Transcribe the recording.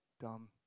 dumb